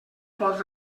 pot